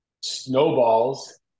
snowballs